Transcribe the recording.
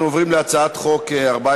אנחנו עוברים להצעת חוק 1407,